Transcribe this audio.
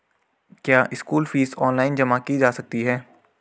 क्या school fees online जमा की जा सकती है?